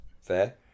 Fair